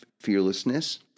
fearlessness